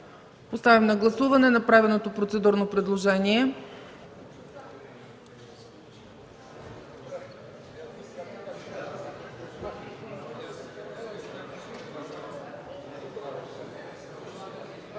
Подлагам на гласуване направеното процедурно предложение